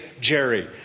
Jerry